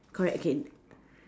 correct again